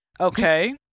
okay